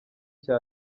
cya